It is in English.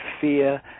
fear